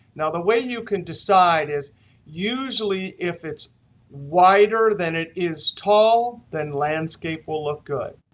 now, the way you can decide is usually if it's wider than it is tall, then landscape will look good.